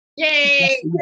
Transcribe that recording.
Yay